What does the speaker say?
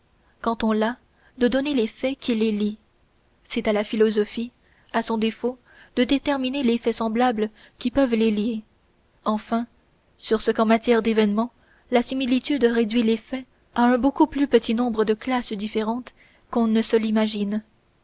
quand on l'a de donner les faits qui les lient c'est à la philosophie à son défaut de déterminer les faits semblables qui peuvent les lier enfin sur ce qu'en matière d'événements la similitude réduit les faits à un beaucoup plus petit nombre de classes différentes qu'on ne se l'imagine